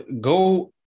go